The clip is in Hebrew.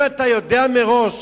אם אתה יודע מראש